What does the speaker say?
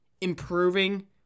improving